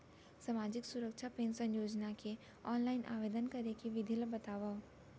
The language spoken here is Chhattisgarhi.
सामाजिक सुरक्षा पेंशन योजना के ऑनलाइन आवेदन करे के विधि ला बतावव